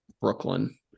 Brooklyn